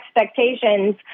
expectations